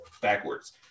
backwards